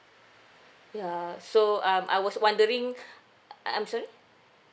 ya so um I was wondering uh I'm sorry